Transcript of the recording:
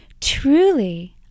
Truly